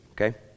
okay